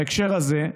בהקשר הזה,